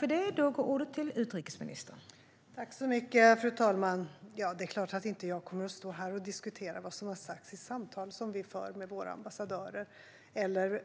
Fru talman! Det är klart att jag inte kommer att stå här och diskutera vad som har sagts i samtal som vi för med våra ambassadörer eller